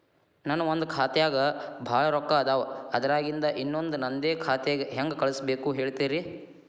ನನ್ ಒಂದ್ ಖಾತ್ಯಾಗ್ ಭಾಳ್ ರೊಕ್ಕ ಅದಾವ, ಅದ್ರಾಗಿಂದ ಇನ್ನೊಂದ್ ನಂದೇ ಖಾತೆಗೆ ಹೆಂಗ್ ಕಳ್ಸ್ ಬೇಕು ಹೇಳ್ತೇರಿ?